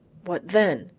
what then?